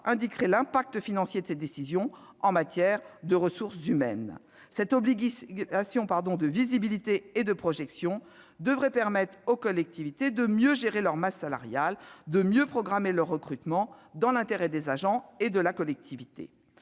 indiquerait l'incidence financière de ses décisions en matière de ressources humaines sur les budgets locaux. Cette obligation de visibilité et de projection devrait permettre aux collectivités de mieux gérer leur masse salariale, de mieux programmer les recrutements dans l'intérêt des agents et de la collectivité.